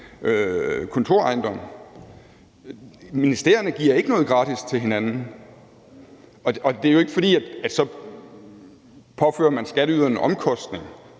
kontorejendom. Ministerierne giver ikke noget gratis til hinanden, og det er jo ikke, fordi man så påfører skatteyderne en omkostning,